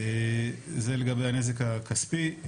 זה לגבי הנזק הכספי.